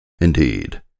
Indeed